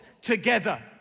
together